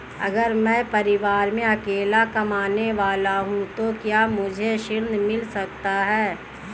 अगर मैं परिवार में अकेला कमाने वाला हूँ तो क्या मुझे ऋण मिल सकता है?